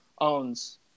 owns